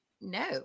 no